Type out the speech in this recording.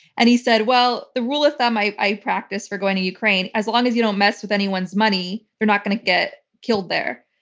and he said, well, the rule of thumb i i practice for going to ukraine, as long as you don't mess with anyone's money, you're not going to get killed there.